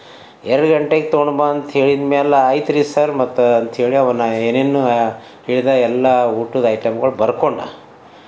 ಎರಡು ಗಂಟೆಗೆ ತೊಗೊಂಡು ಬಾ ಅಂತ ಹೇಳಿದ ಮೇಲೆ ಆಯ್ತ್ರಿ ಸರ್ ಮತ್ತು ಅಂತ ಹೇಳಿ ಅವನ ಏನೇನು ಹೇಳಿದ ಎಲ್ಲ ಊಟದ ಐಟಮ್ಗಳು ಬರ್ಕೊಂಡು